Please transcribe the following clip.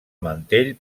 mantell